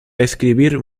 escribir